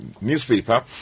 newspaper